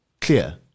clear